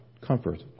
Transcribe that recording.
comfort